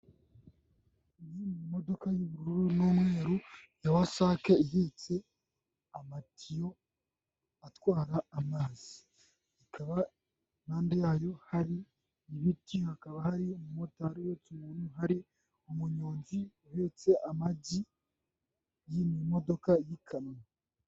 Imodoka y'ubururu n'umweru ya wasake ihetse; amatiyo atwara amazi hakaba iruhande rwayo hari ibiti, hakaba hari umumotari uhetse umuntu, hari umunyonzi uhetse amagi ahunga imodoka y'ikamyo.